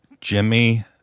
Jimmy